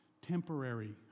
temporary